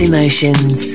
Emotions